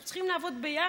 אנחנו צריכים לעבוד ביחד,